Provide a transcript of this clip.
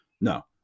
No